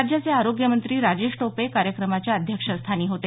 राज्याचे आरोग्यमंत्री राजेश टोपे कार्यक्रमाच्या अध्यक्षस्थानी होते